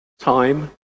time